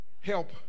help